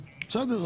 בסדר,